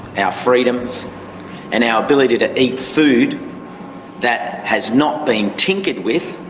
and freedoms and our ability to eat food that has not been tinkered with